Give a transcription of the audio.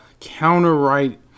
counter-right